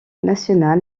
national